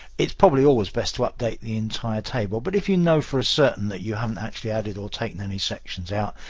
it's probably always best to update the entire table, but if you know for a certain that you haven't actually added or taken any sections out,